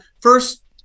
first